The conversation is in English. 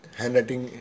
handwriting